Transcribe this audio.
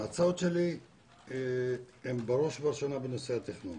ההצעות שלי הן בראש ובראשונה בנושא התכנון.